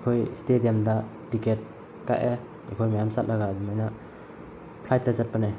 ꯑꯩꯈꯣꯏ ꯏꯁꯇꯦꯗꯤꯌꯝꯗ ꯇꯤꯀꯦꯠ ꯀꯛꯑꯦ ꯑꯩꯈꯣꯏ ꯃꯌꯥꯝ ꯆꯠꯂꯒ ꯑꯗꯨꯃꯥꯏꯅ ꯐ꯭ꯂꯥꯏꯠꯇ ꯆꯠꯄꯅꯦ